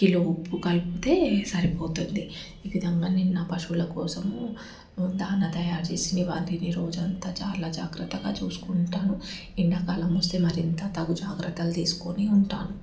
kilo ఉప్పు కలిపితే సరిపోతుంది ఈ విధంగా నేను నా పశువుల కోసము దానా తయారుచేసి వాటిని రోజంతా చాలా జాగ్రత్తగా చూసుకుంటాను ఎండాకాలం వస్తే మరింత తగు జాగ్రత్తలు తీసుకుని ఉంటాను